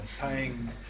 paying